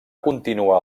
continuar